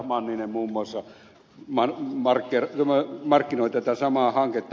manninen muun muassa markkinoi tätä samaa hanketta